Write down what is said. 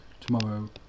tomorrow